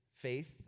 faith